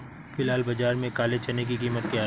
फ़िलहाल बाज़ार में काले चने की कीमत क्या है?